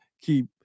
keep